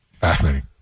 fascinating